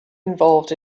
involved